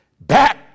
back